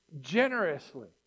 generously